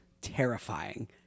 Terrifying